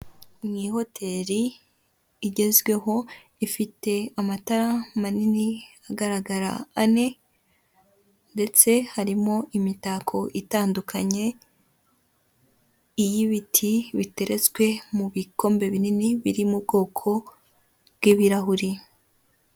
Mu ihoteri igezweho ifite amatara manini agaragara ane, ndetse harimo imitako itandukanye iy'ibiti biteretswe mu bikombe binini biri mu bwoko bw'ibirahuri.